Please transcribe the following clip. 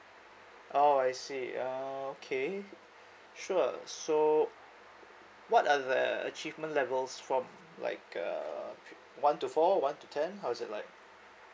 oh I see ah okay sure so what are the achievement levels from like uh pre~ one to four or one to ten how is it like